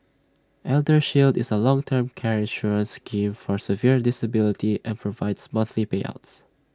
eldershield is A long term care insurance scheme for severe disability and provides monthly payouts